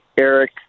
Eric